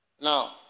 Now